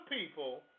people